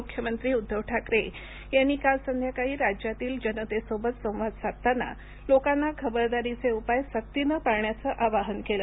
मुख्यमंत्री उद्धव ठाकरे यांनी काल संध्याकाळी राज्यातील जनतेसोबत संवाद साधताना लोकांना खबरदारीचे उपाय सक्तीने पाळण्याचं आवाहन केलं